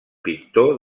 pintor